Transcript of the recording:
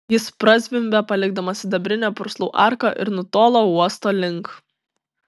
jis prazvimbė palikdamas sidabrinę purslų arką ir nutolo uosto link